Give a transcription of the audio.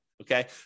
Okay